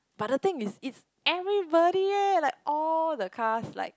but the thing is it's everybody eh like all the cast like